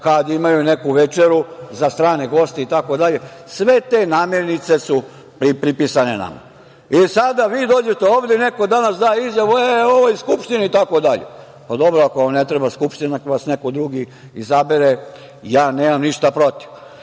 kad imaju neku večeru za strane goste itd. Sve te namirnice su pripisane nama. Sada vi dođete ovde, neko danas da izjavu, e u ovoj Skupštini itd. Dobro, ako vam ne treba Skupština, neka vas neko drugi izabere, ja nemam ništa protiv. Što